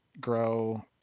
grow